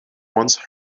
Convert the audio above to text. once